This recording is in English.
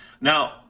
Now